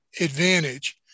advantage